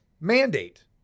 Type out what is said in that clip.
Mandate